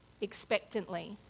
expectantly